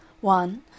One